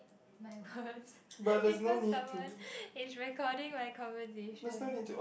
my words because someone is recording my conversation